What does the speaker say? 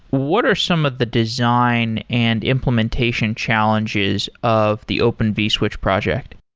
what are some of the design and implementation challenges of the open vswitch project?